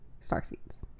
starseeds